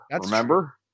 Remember